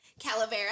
calavera